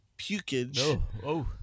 pukage